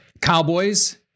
Cowboys